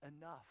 enough